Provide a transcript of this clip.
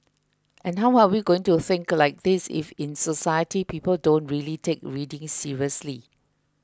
and how are we going to think like this if in society people don't really take reading seriously